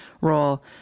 role